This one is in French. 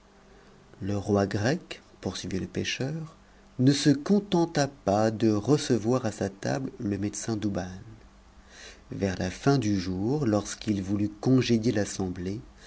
le roi grec poursuivit le pêcheur ne se contenta pas de recevoir à sa table le médecin douban vers la fin du jour lorsqu'il voulut congédier l'assemblée